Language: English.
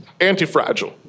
anti-fragile